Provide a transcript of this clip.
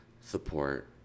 support